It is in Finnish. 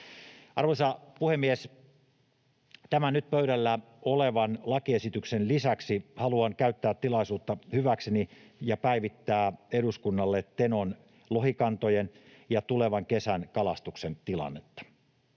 Arvoisa puhemies! Tämän nyt pöydällä olevan lakiesityksen lisäksi haluan käyttää tilaisuutta hyväkseni ja päivittää eduskunnalle Tenon lohikantojen ja tulevan kesän kalastuksen tilannetta.